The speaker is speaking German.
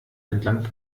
entlang